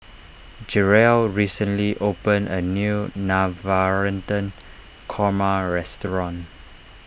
Jerel recently opened a new Navratan Korma restaurant